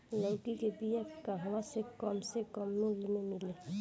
लौकी के बिया कहवा से कम से कम मूल्य मे मिली?